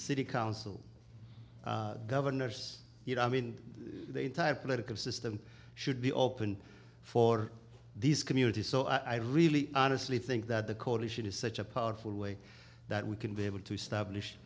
city council governors you know i mean the entire political system should be open for these communities so i really honestly think that the coalition is such a powerful way that we can be able to st